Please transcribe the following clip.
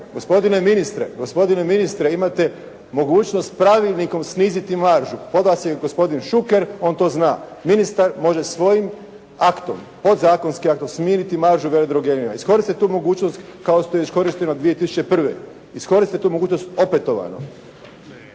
gospodine ministre imate mogućnost pravilnikom sniziti maržu. Kod vas je gospodin Šuker. On to zna. Ministar može svojim aktom, podzakonskim aktom smiriti maržu veledrogerijama. Iskoristite tu mogućnost kao što je iskorištena 2001., iskoristite tu mogućnost opetovano.